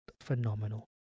phenomenal